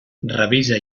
revisa